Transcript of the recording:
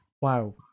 Wow